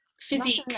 physique